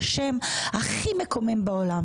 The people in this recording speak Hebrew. בשם הכי מקומם בעולם